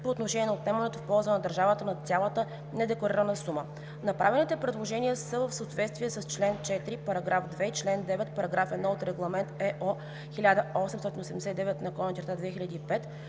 по отношение на отнемането в полза на държавата на цялата недекларирана сума. Направените предложения са в съответствие с член 4, параграф 2 и член 9, параграф 1 от Регламент (ЕО) 1889/2005.